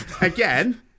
again